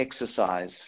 exercise